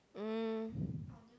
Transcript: um